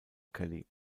kelly